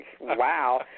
wow